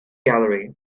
gallery